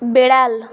বেড়াল